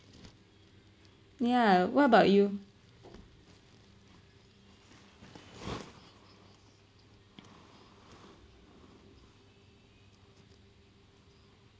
ya what about you